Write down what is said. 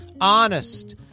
Honest